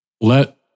let